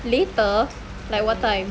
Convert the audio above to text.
later like what time